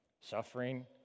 suffering